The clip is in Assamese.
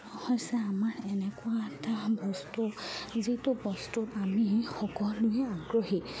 হৈছে আমাৰ এনেকুৱা এটা বস্তু যিটো বস্তু আমি সকলোৱে আগ্ৰহী